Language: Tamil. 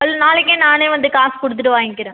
நாளைக்கே நானே வந்து காசு கொடுத்துட்டு வாங்கிக்கிறேன்